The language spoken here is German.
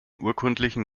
urkundlichen